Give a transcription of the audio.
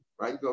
right